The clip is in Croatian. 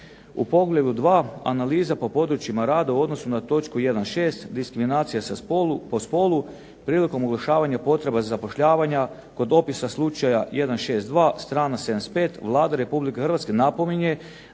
U poglavlju 2.-Analiza po područjima rada u odnosu na točku 1.6-Diskriminacija po spolu prilikom …/Govornik se ne razumije./… potreba zapošljavanja kod dopisa slučaja 162 strana 75, Vlada Republike Hrvatske napominje